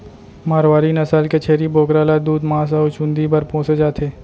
मारवारी नसल के छेरी बोकरा ल दूद, मांस अउ चूंदी बर पोसे जाथे